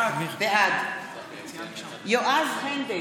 בעד יועז הנדל,